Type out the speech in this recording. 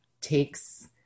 takes